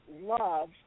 love